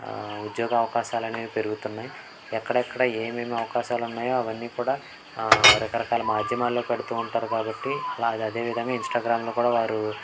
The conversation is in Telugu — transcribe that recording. ఉద్యోగ అవకాశాలు అనేవి పెరుగుతున్నాయి ఎక్కడెక్కడ ఏమేమి అవకాశాలు ఉన్నాయో అవన్నీ కూడా రకరకాల మాధ్యమాల్లో పెడుతూ ఉంటారు కాబట్టి అలా అదేవిధంగా ఇన్స్టాగ్రామ్లో కూడా వారు